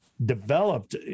developed